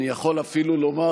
אני יכול אפילו לומר,